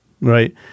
right